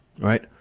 right